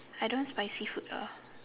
I don't want spicy food lah